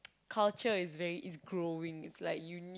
culture is very is growing is like you need